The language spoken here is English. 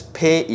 pay